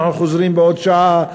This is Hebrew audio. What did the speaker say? אנחנו חוזרים בעוד שעה,